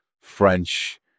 French